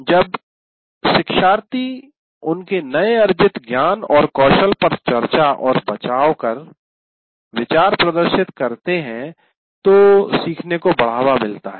जब शिक्षार्थी उनके नए अर्जित ज्ञान और कौशल पर चर्चा और बचाव कर विचार प्रदर्शित करते है तो सीखने को बढ़ावा मिलता है